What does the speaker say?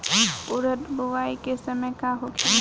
उरद बुआई के समय का होखेला?